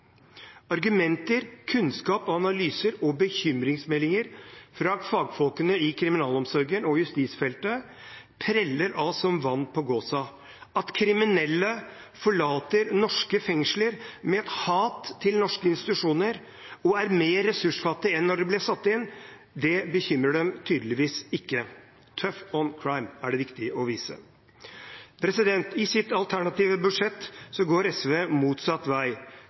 Argumenter, kunnskap og analyser og bekymringsmeldinger fra fagfolkene i kriminalomsorgen og justisfeltet preller av som vann på gåsa. At kriminelle forlater norske fengsler med et hat til norske institusjoner og er mer ressursfattige enn da de ble satt inn, bekymrer dem tydeligvis ikke. «Tough on crime» er det som er viktig å vise. I sitt alternative budsjett går SV motsatt vei.